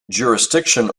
jurisdiction